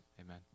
amen